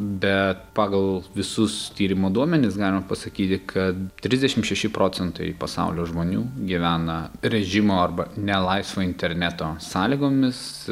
bet pagal visus tyrimo duomenis galima pasakyti kad trisdešimt šeši procentai pasaulio žmonių gyvena režimo arba ne laisvo interneto sąlygomis